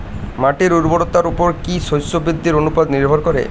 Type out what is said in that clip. মাটির উর্বরতার উপর কী শস্য বৃদ্ধির অনুপাত নির্ভর করে?